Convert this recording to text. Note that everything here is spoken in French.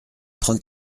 trente